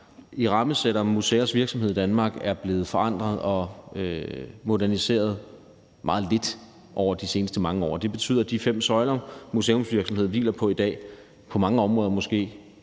rammesætter museers virksomhed i Danmark, er blevet forandret og moderniseret meget lidt igennem de seneste mange år. Det betyder måske ikke, at de fem søjler, museumsvirksomhed hviler på i dag, skal forandres,